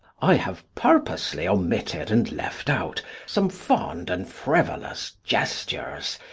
i have purposely omitted and left out some fond and frivolous gestures,